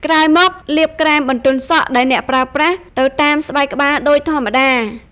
ក្រោយមក លាបក្រែមបន្ទន់សក់ដែលអ្នកប្រើប្រាស់ទៅតាមស្បែកក្បាលដូចធម្មតា។